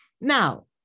Now